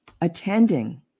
attending